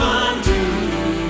undo